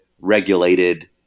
regulated